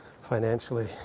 financially